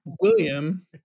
William